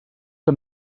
que